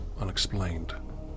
unexplained